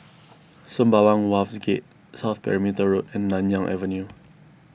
Sembawang Wharves Gate South Perimeter Road and Nanyang Avenue